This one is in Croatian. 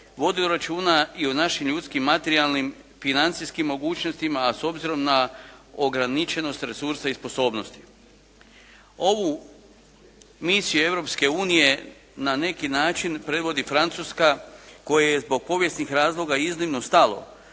vodi računa i o našim ljudskim, materijalnim, financijskim mogućnostima, a s obzirom na ograničenost resursa i sposobnosti. Ovu misiju Europske unije na neki način predvodi Francuska kojoj je zbog povijesnih razloga i iznimno stalo